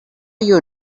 you